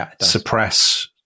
suppress